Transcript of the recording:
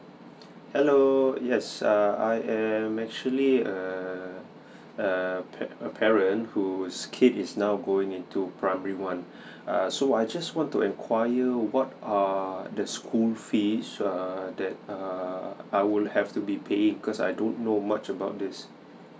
hello yes uh I am actually err err par parent whose kid is now going in to primary one err so I just want to inquire what are the school fees err that err I will have to be paying cause I don't know much about this